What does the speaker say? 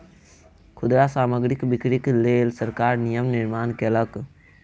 खुदरा सामग्रीक बिक्रीक लेल सरकार नियम निर्माण कयलक